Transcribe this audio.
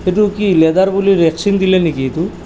সেইটো কি লেডাৰ বুলি ৰেক্সিন দিলে নেকি এইটো